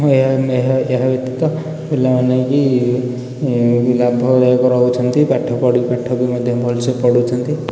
ଏହା ଏହା ଏହା ବ୍ୟତୀତ ପିଲାମାନେ ବି ଲାଭଦାୟକ ରହୁଛନ୍ତି ପାଠପଢ଼ି ପାଠ ବି ମଧ୍ୟ ଭଲସେ ପଢ଼ାଉଛନ୍ତି